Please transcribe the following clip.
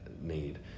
need